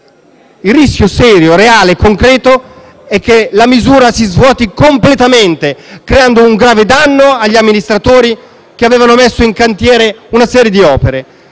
Il rischio serio, reale e concreto è che la misura si svuoti completamente, creando un grave danno agli amministratori che avevano messo in cantiere una serie di opere.